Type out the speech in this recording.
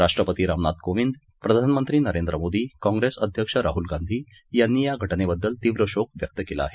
राष्ट्रपती रामनाथ कोविद प्रधानमंत्री नरेंद्र मोदी काँग्रेस अध्यक्ष राहुल गांधी यांनी या घटनेबद्दल तीव्र शोक व्यक्त केला आहे